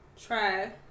try